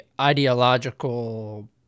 ideological